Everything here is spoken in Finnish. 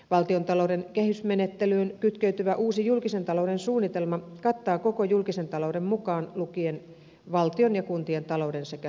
valtiontalouden kehysmenettelyyn kytkeytyvä uusi julkisen talouden suunnitelma kattaa koko julkisen talouden mukaan lukien valtion ja kuntien talouden sekä sosiaaliturvarahastot